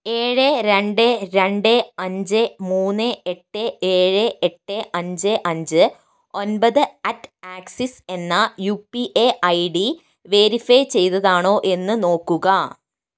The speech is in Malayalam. ഏഴ് രണ്ട് രണ്ട് അഞ്ച് മൂന്ന് എട്ട് ഏഴ് എട്ട് അഞ്ച് അഞ്ച് ഒൻപത് അറ്റ് ആക്സിസ് എന്ന U P I ID verify ചെയ്തതാണോ എന്ന് നോക്കുക